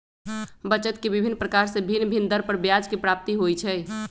बचत के विभिन्न प्रकार से भिन्न भिन्न दर पर ब्याज के प्राप्ति होइ छइ